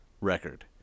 record